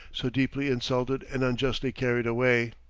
so deeply insulted and unjustly carried away.